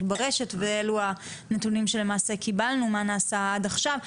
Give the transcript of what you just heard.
ברשת ואלה הנתונים שלמעשה קיבלנו מה נעשה עד עכשיו.